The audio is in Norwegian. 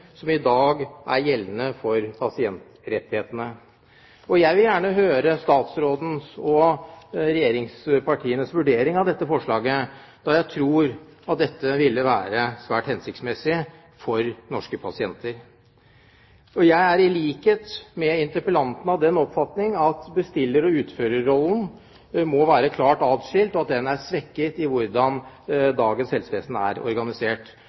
som i dag gjelder pasientrettighetene. Jeg vil gjerne høre statsrådens og regjeringspartienes vurdering av dette forslaget, da jeg tror en slik gjennomgang ville være svært hensiktsmessig for norske pasienter. Jeg er i likhet med interpellanten av den oppfatning at bestiller- og utførerrollen må være klart adskilt, og at den er svekket ved den måten dagens helsevesen er organisert